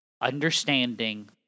understanding